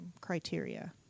criteria